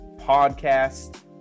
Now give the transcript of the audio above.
podcast